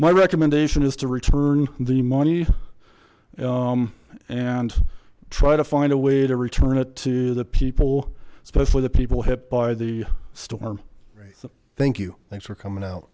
my recommendation is to return the money and try to find a way to return it to the people especially the people hit by the storm so thank you thanks for coming out